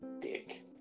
dick